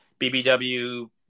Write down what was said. BBW